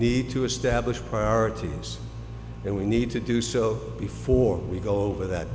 need to establish priorities and we need to do so before we go over that